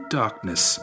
darkness